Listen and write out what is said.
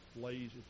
lazy